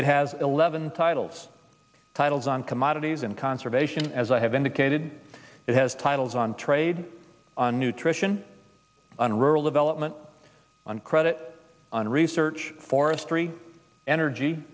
it has eleven titles titles on commodities and conservation as i have indicated it has titles on trade nutrition on rural development on credit on research forestry energy